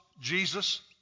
Jesus